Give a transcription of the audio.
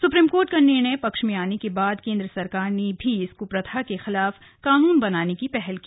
supreme Court का निर्णय पक्ष में आने के बाद केंद्र सरकार ने भी इस कुप्रथा के खिलाफ कानून बनाने की पहल की